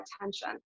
attention